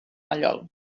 mallol